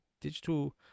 digital